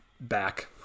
back